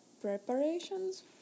preparations